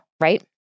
right